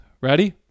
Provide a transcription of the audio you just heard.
Ready